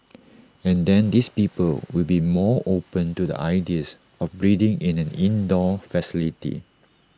and then these people will be more open to the ideas of breeding in an indoor facility